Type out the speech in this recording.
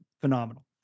phenomenal